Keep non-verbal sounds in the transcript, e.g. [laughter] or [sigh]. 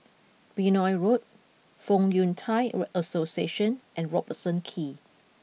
Benoi Road Fong Yun Thai [noise] Association and Robertson Quay